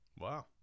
Wow